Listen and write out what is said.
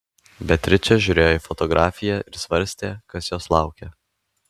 beatričė žiūrėjo į fotografiją ir svarstė kas jos laukia